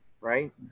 right